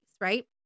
right